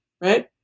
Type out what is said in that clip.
right